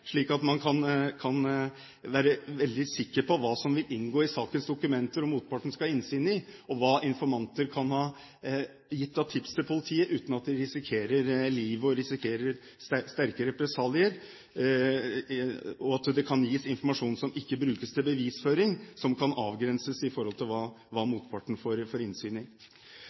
slik at de kan være sikre på hva som vil inngå i sakens dokumenter, hva motparten skal ha innsyn i, hva de kan gi av tips til politiet uten at de risikerer livet eller sterke represalier, at det kan gis informasjon som ikke brukes til bevisføring, og som kan avgrenses med hensyn til hva motparten